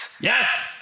Yes